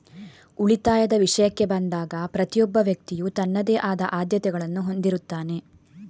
ಉಳಿತಾಯದ ವಿಷಯಕ್ಕೆ ಬಂದಾಗ ಪ್ರತಿಯೊಬ್ಬ ವ್ಯಕ್ತಿಯು ತನ್ನದೇ ಆದ ಆದ್ಯತೆಗಳನ್ನು ಹೊಂದಿರುತ್ತಾನೆ